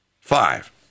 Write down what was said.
five